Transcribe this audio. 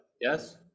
yes